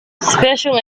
special